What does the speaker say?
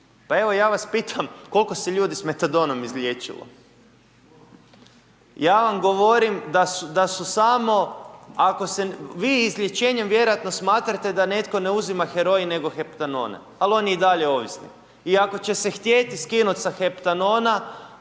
pa evo ja vas pitam, koliko se ljudi sa metadonom izliječilo? Ja vam govorim da su samo ako se, vi izlječenjem vjerojatno smatrate da netko ne uzima heroin nego heptanone ali on je i dalje ovisnik i ako će se htjeti sa heptanona,